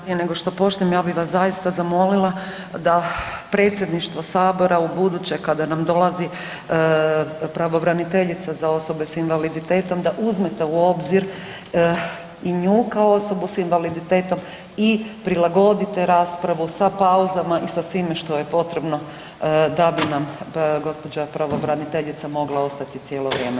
i prije nego što počnem ja bih vas zaista zamolila da predsjedništvo sabora ubuduće kada nam dolazi pravobraniteljica za osobe s invaliditetom da uzmete u obzir i nju kao osobu s invaliditetom i prilagodite raspravu sa pauzama i sa svime što je potrebno da bi nam gospođa pravobraniteljica mogla ostati cijelo vrijeme.